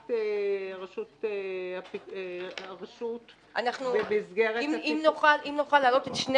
בהסכמת הרשות במסגרת ה --- אם נוכל להעלות את שני